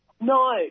No